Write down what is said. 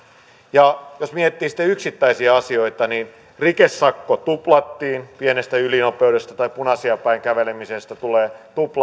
jos miettii sitten yksittäisiä asioita niin rikesakko tuplattiin pienestä ylinopeudesta tai punaisia päin kävelemisestä tulee